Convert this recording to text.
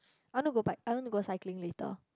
I want to go back I want to go cycling later